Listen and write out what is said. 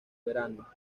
verano